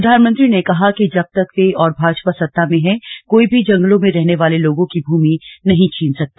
प्रधानमंत्री ने कहा कि जब तक वे और भाजपा सत्ता में हैं कोई भी जंगलों में रहने वाले लोगों की भूमि छीन नही सकता